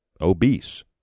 obese